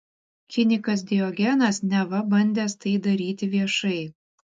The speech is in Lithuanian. kinikas diogenas neva bandęs tai daryti viešai